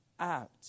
out